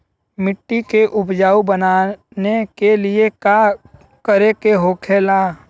मिट्टी के उपजाऊ बनाने के लिए का करके होखेला?